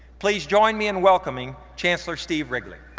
please join me in welcoming chancellor steve wrigley.